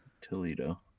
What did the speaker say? Toledo